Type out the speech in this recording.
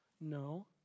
No